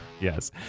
Yes